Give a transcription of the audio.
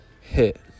hit